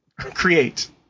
Create